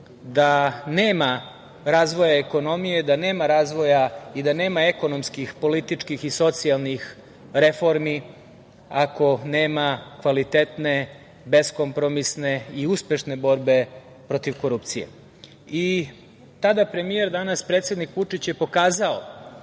da nema razvoja ekonomije, da nema razvoja i da nema ekonomskih, političkih i socijalnih reformi ako nema kvalitetne, beskompromisne i uspešne borbe protiv korupcije. Tada premijer, danas predsednik Vučić je pokazao